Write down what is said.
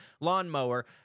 lawnmower